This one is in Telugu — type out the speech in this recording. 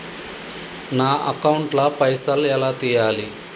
నా అకౌంట్ ల పైసల్ ఎలా తీయాలి?